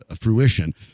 fruition